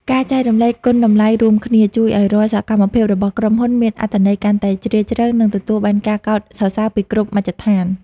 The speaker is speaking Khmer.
ការចែករំលែកគុណតម្លៃរួមគ្នា ជួយឱ្យរាល់សកម្មភាពរបស់ក្រុមហ៊ុនមានអត្ថន័យកាន់តែជ្រាលជ្រៅ និងទទួលបានការកោតសរសើរពីគ្រប់មជ្ឈដ្ឋាន។